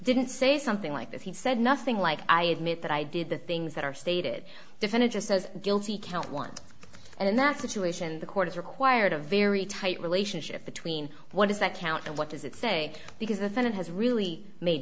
didn't say something like this he said nothing like i admit that i did the things that are stated defended just as guilty count one and in that situation the court is required a very tight relationship between what does that count and what does it say because the senate has really made